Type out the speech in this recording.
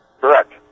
Correct